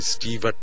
Steve